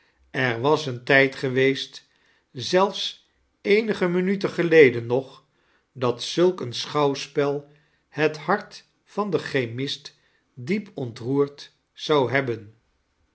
er was een tijd geweest zelfs eenige minuten geleden nog dat zulk een schouwspelhet hart van den chemist diep ontroerd zou hebben